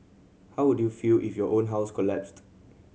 how would you feel if your own house collapsed